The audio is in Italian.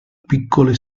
piccole